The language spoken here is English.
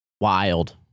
Wild